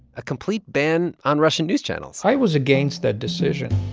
a complete ban on russian news channels i was against that decision.